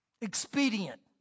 expedient